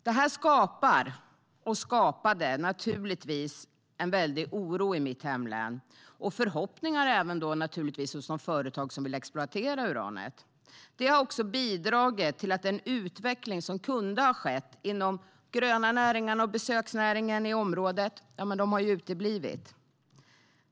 Det här skapar och skapade naturligtvis en väldig oro i mitt hemlän och även förhoppningar hos de företag som ville exploatera uranet. Det har också bidragit till att den utveckling som kunde ha skett både inom de gröna näringarna och besöksnäringen i området har uteblivit.